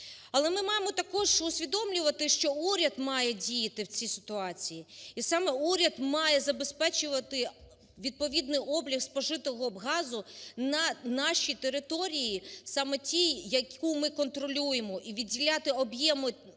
Але ми маємо також усвідомлювати, що уряд має діяти в цій ситуації, і саме уряд має забезпечувати відповідний облік спожитого газу на нашій території, саме тій, яку ми контролюємо, і відділяти об'єми,